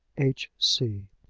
h. c.